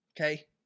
Okay